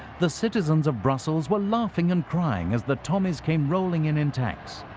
the citizens of brussels were laughing and crying as the tommies came rolling in in tanks.